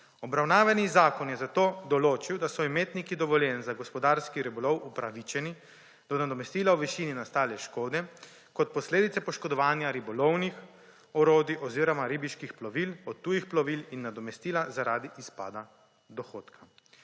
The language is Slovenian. Obravnavani zakon je zato določil, da so imetniki dovoljenj za gospodarski ribolov upravičeni do nadomestila v višini nastale škode kot posledice poškodovanja ribolovnih orodij oziroma ribiških plovil od tujih plovil in nadomestila zaradi izpada dohodka.